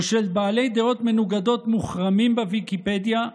של בעלי דעות מנוגדות מוחרמים בוויקיפדיה.